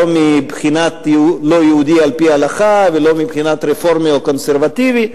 לא מבחינת לא יהודי על-פי ההלכה ולא מבחינת רפורמי או קונסרבטיבי,